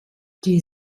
die